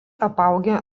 apaugę